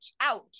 ouch